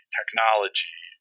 technology